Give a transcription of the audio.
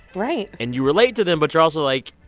right. and you relate to them, but you're also, like,